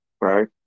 right